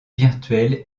virtuelle